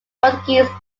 portuguese